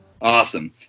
awesome